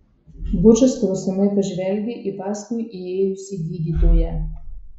bučas klausiamai pažvelgė į paskui įėjusį gydytoją